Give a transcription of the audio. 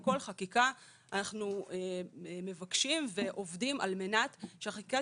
בכל חקיקה אנחנו מבקשים ועובדים על מנת שהחקיקה